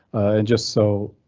and just so.